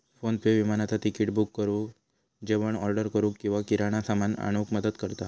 PhonePe विमानाचा ticket book करुक, जेवण ऑर्डर करूक किंवा किराणा सामान आणूक मदत करता